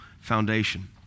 foundation